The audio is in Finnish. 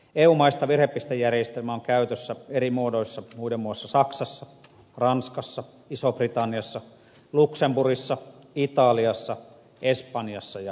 eu maista virhepistejärjestelmä on käytössä eri muodoissa muiden muassa saksassa ranskassa isossa britanniassa luxemburgissa italiassa espanjassa ja irlannissa